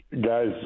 Guys